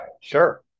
sure